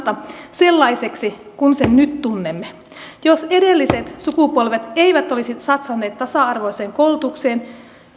sellaiseksi kuin sen nyt tunnemme jos edelliset sukupolvet eivät olisi satsanneet tasa arvoiseen koulutukseen